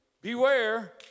beware